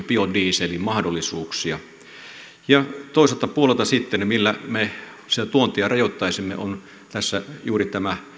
tutkisimme biodieselin mahdollisuuksia ja toiselta puolelta sitten millä me sitä tuontia rajoittaisimme tässä juuri tämä edellisen